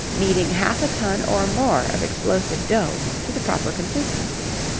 kneading half a ton or more of explosive dough to the proper consistency.